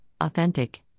authentic